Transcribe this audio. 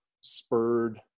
spurred